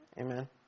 amen